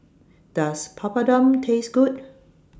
Does Papadum Taste Good